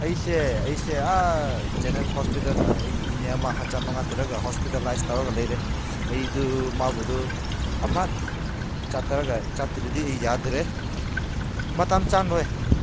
ꯑꯩꯁꯦ ꯑꯩꯁꯦ ꯑꯥ ꯖꯦꯅꯤꯝꯁ ꯍꯣꯁꯄꯤꯇꯥꯜꯗ ꯑꯩꯒꯤ ꯏꯅꯦ ꯑꯃ ꯍꯛꯆꯥꯡ ꯅꯨꯡꯉꯥꯏꯇ꯭ꯔꯒ ꯍꯣꯁꯄꯤꯇꯥꯜꯂꯥꯏꯖ ꯇꯧꯔꯒ ꯂꯩꯔꯦ ꯑꯩꯗꯨ ꯃꯥꯕꯨꯗꯣ ꯑꯃꯨꯔꯛ ꯆꯠꯇ꯭ꯔꯒ ꯆꯠꯇ꯭ꯔꯗꯤ ꯑꯩ ꯌꯥꯗ꯭ꯔꯦ ꯃꯇꯝ ꯆꯪꯂꯣꯏ